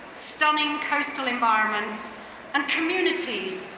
stunning coastal environments and communities,